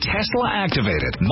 Tesla-activated